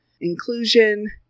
inclusion